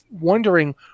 wondering